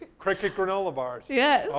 cricket granola bars. yes!